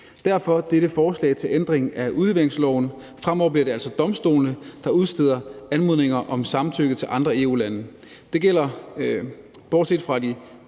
Derfor kommer dette forslag til ændring af udleveringsloven. Fremover bliver det altså domstolene, der udsteder anmodninger om samtykke til andre EU-lande. Det gælder bortset fra ved